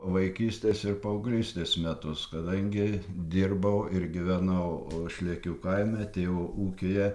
vaikystės ir paauglystės metus kadangi dirbau ir gyvenau šlėkių kaime tėvo ūkyje